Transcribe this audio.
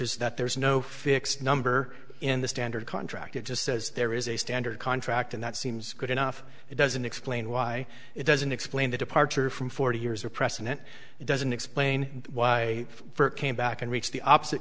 is that there is no fixed number in the standard contract it just says there is a standard contract and that seems good enough it doesn't explain why it doesn't explain the departure from forty years of precedent it doesn't explain why it came back and reached the opposite